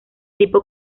tipo